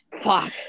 Fuck